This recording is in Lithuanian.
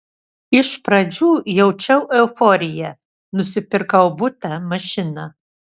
iš pradžių jaučiau euforiją nusipirkau butą mašiną